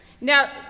Now